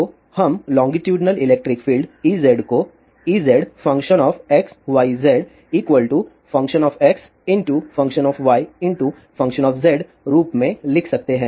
तो हम longitudinal electric field Ez को Ezx y z XxYyZ रूप में लिख सकते हैं